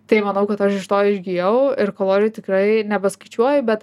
tai manau kad aš iš to išgijau ir kalorijų tikrai nebeskaičiuoju bet